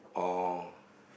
or